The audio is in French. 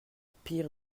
pire